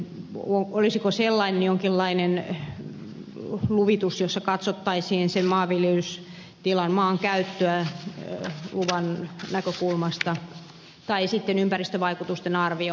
olisiko tarpeen sellainen jonkinlainen luvitus jossa katsottaisiin sen maanviljelystilan käyttöä maankäyttöä tai sitten ympäristövaikutusten arviointia luvan näkökulmasta